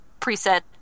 Preset